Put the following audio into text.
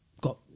got